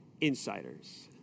insiders